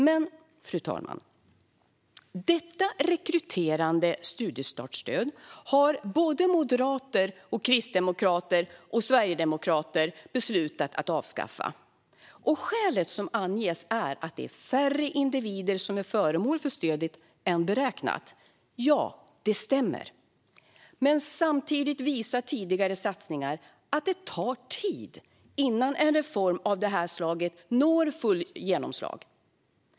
Men, fru talman, detta rekryterande studiestartsstöd har moderater, kristdemokrater och sverigedemokrater beslutat att avskaffa. Skälet som anges är att det är färre individer som är föremål för stödet än beräknat. Ja, det stämmer. Men samtidigt visar tidigare satsningar att det tar tid innan en reform av det här slaget når fullt genomslag.